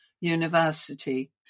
University